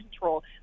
control